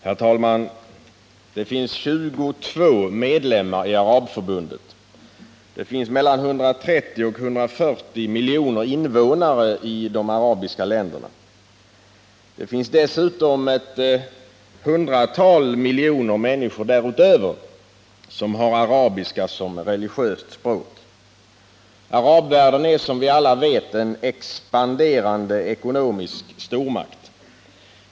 Herr talman! Det finns 22 medlemmar i arabförbundet. Det finns mellan 130 och 140 miljoner invånare i de arabiska länderna. Det finns dessutom ett hundratal miljoner människor därutöver som har arabiska som religiöst språk. Arabvärlden är som vi alla vet en expanderande ekonomisk stormakt.